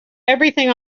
everything